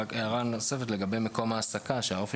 רק הערה נוספת לגבי מקום ההעסקה אופי